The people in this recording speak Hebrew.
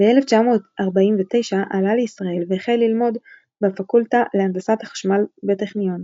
ב-1949 עלה לישראל והחל ללמוד בפקולטה להנדסת חשמל בטכניון,